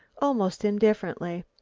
almost indifferently.